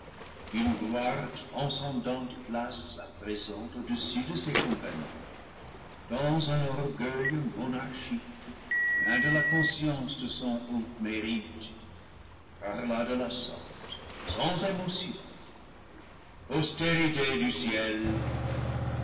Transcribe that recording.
gloire transcendante place à présent au-dessus de ses compagnons dans un orgueil monarchique plein de la conscience de son haut mérite parla de la sorte sans émotion postérité du ciel